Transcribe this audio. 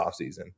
offseason